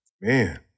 Man